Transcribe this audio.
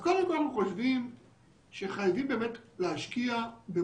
שארגונים היו שוכחים לשים הצהרת נגישות ואז היו מקבלים